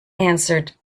answered